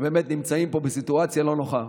שנמצאים פה בסיטואציה לא נוחה,